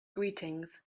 greetings